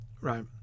right